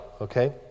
okay